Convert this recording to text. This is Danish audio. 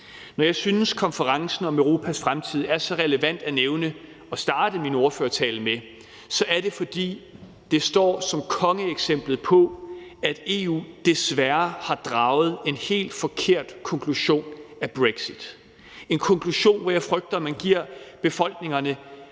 Når jeg synes, konferencen om Europas fremtid er så relevant at nævne og at starte min ordførertale med, er det, fordi den står som kongeeksemplet på, at EU desværre har draget en helt forkert konklusion af brexit – en konklusion, hvor jeg frygter, at man giver befolkningerne